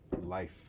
life